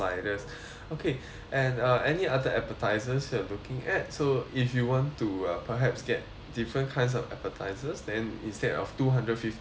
okay and uh any other appetizers you are looking at so if you want to uh perhaps get different kinds of appetiser then instead of two hundred fifty portion